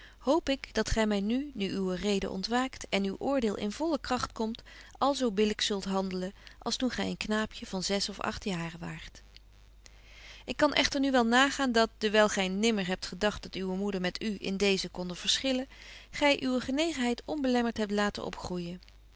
hoop ik dat gy nu nu uwe reden ontwaakt en uw oordeel in volle kragt komt al zo billyk zult handelen als toen gy een knaapje van zes of agt jaren waart ik kan echter nu wel nagaan dat dewyl gy nimmer hebt gedagt dat uwe moeder met u in deezen konde verschillen gy uwe genegenheid onbelemmert hebt laten opgroeijen